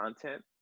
content